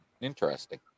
Interesting